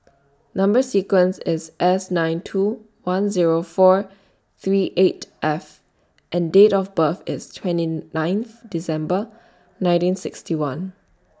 Number sequence IS S nine two one Zero four three eight F and Date of birth IS twenty ninth December nineteen sixty one